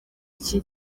iki